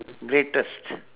greatest